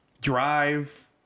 drive